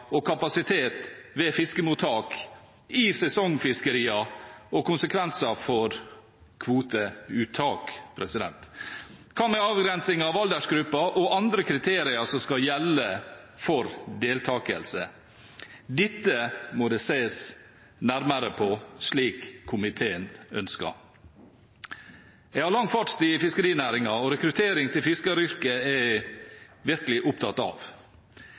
og kapasitet ved fiskemottak i sesongfiskeriene og konsekvenser for kvoteuttak? Hva med avgrensing av aldersgrupper og andre kriterier som skal gjelde for deltakelse? Dette må det ses nærmere på, slik komiteen ønsker. Jeg har lang fartstid i fiskerinæringen, og rekruttering til fiskeryrket er jeg virkelig opptatt av.